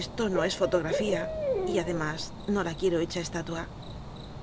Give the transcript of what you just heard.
esto no es fo tografía y además no la quiero hecha esta